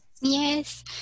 yes